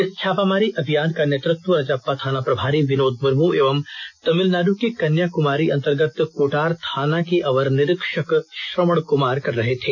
इस छापामारी अभियान का नेतृत्व रजरप्पा थाना प्रभारी बिनोद मुर्मू एवं तमिलनाडु के कन्याकुमारी अंतर्गत कोटार थाना के अवर निरीक्षक श्रवण कुमार कर रहे थे